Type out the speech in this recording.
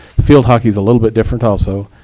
field hockey is a little bit different also,